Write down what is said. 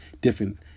different